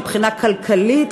מבחינה כלכלית,